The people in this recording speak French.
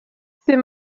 c’est